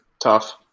Tough